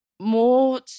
more